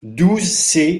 douze